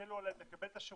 עליהם לקבל את השירותים,